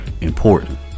important